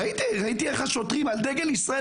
ראיתי איך השוטרים רצים על דגל ישראל